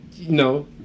No